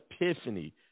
epiphany